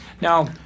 Now